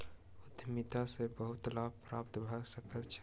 उद्यमिता सॅ बहुत लाभ प्राप्त भ सकै छै